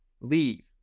Leave